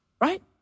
Right